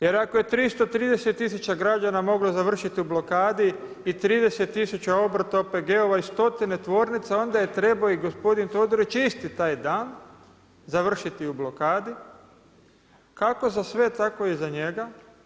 Jer ako je 330 tisuća građana moglo završiti u blokadi i 30 tisuća obrta OPG-ova i stotine tvornica onda je trebao i gospodin Todorić isti taj dan završiti u blokadi, kako za sve tako i za njega.